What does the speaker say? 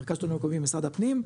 מרכז השלטון המקומי וממשרד הפנים,